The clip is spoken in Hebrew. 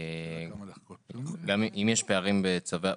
אם יש פערים בצווי,